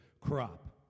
crop